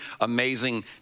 amazing